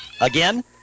Again